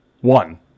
One